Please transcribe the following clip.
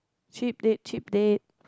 cheat day cheat day